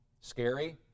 scary